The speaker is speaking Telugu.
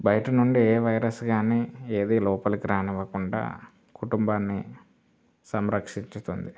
బయట నుండి ఏ వైరస్ కానీ ఏది లోపలికి రానివ్వకుండా కుటుంబాన్ని సంరక్షిస్తుంది